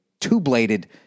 two-bladed